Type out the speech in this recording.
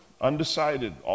undecided